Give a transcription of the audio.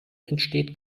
entsteht